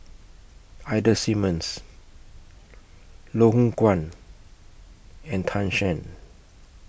Ida Simmons Loh Hoong Kwan and Tan Shen